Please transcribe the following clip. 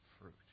fruit